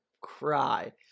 cry